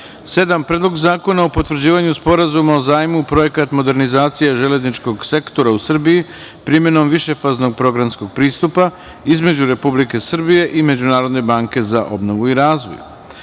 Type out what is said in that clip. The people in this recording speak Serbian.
razvoj, Predlog zakona o potvrđivanju Sporazuma o zajmu (Projekat modernizacije železničkog sektora u Srbiji primenom višefaznog programskog pristupa) između Republike Srbije i Međunarodne banke za obnovu i razvoj, Predlog